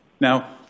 Now